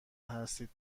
هستید